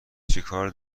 چیکار